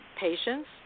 patients